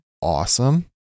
awesome